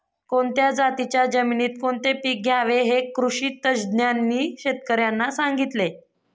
कोणत्या जातीच्या जमिनीत कोणते पीक घ्यावे हे कृषी तज्ज्ञांनी शेतकर्यांना सांगितले